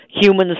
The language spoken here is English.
humans